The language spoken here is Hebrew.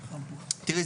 תראי,